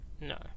No